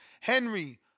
Henry